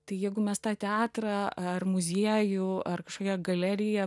tai jeigu mes tą teatrą ar muziejų ar kažkokią galeriją